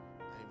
Amen